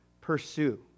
pursue